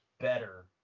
better